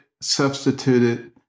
substituted